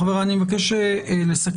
חבריי, אני מבקש לסכם.